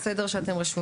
מקטינות את הסיכוי למצוא